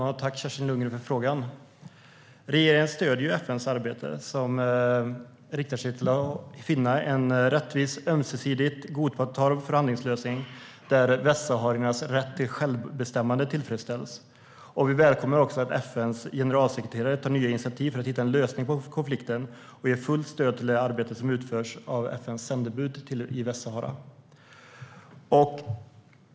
Herr talman! Tack, Kerstin Lundgren, för frågan! Regeringen stöder FN:s arbete som syftar till att finna en rättvis och ömsesidigt godtagbar förhandlingslösning där västsahariernas rätt till självbestämmande tillfredsställs. Vi välkomnar också att FN:s generalsekreterare tar nya initiativ för att hitta en lösning på konflikten, och vi ger fullt stöd till det arbete som utförs av FN:s sändebud i Västsahara.